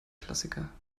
klassiker